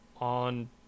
on